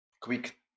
quick